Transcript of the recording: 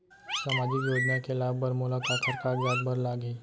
सामाजिक योजना के लाभ बर मोला काखर कागजात बर लागही?